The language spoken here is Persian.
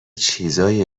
چیزهایی